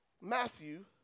Matthew